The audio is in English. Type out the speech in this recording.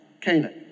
Canaan